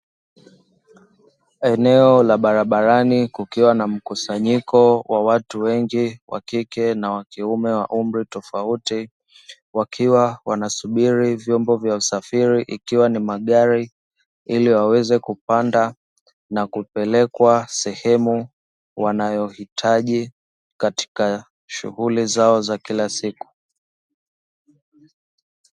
Eneo la barabarani kukiwa na mkusanyiko wa watu wengi wa kike na wa kiume wa umri tofauti, wakiwa wanasubiri vyombo vya usafiri ikiwa ni magari ili waweze kupanda na kupelekwa sehemu wanayohitaji katika shughuli zao za kila siku.